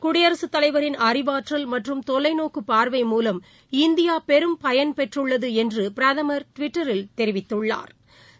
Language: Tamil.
குடியரசுத் தலைவரின் அறிவாற்றல் மற்றும் தொலைநோக்குபார்வை மூலம் இந்தியாபெரும்பயன் பெற்றுள்ளதுஎன்றுபிரதமா் தமதுடிவிட்டரில் பதிவு செய்துள்ளாா்